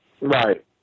Right